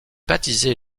baptisé